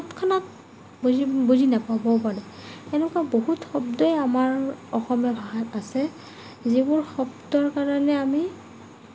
তৎক্ষণাত বুজি বুজি নাপাবও পাৰে তেনেকুৱা বহুত শব্দই আমাৰ অসমীয়া ভাষাত আছে যিবোৰ শব্দৰ কাৰণে আমি